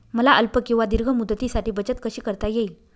मला अल्प किंवा दीर्घ मुदतीसाठी बचत कशी करता येईल?